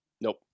Nope